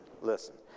listen